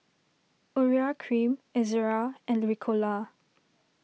Urea Cream Ezerra and Ricola